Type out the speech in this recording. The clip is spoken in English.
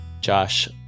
Josh